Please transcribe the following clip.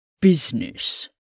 Business